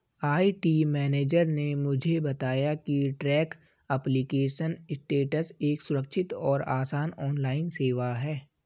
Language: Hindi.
आई.टी मेनेजर ने मुझे बताया की ट्रैक एप्लीकेशन स्टेटस एक सुरक्षित और आसान ऑनलाइन सेवा है